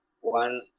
one